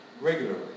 regularly